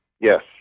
Yes